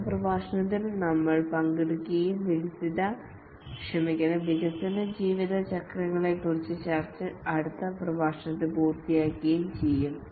അടുത്ത പ്രഭാഷണത്തിൽ ഞങ്ങൾ പങ്കെടുക്കുകയും വികസന ജീവിത ചക്രങ്ങളെക്കുറിച്ചുള്ള ചർച്ച അടുത്ത പ്രഭാഷണത്തിൽ പൂർത്തിയാക്കുകയും ചെയ്യും